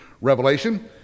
Revelation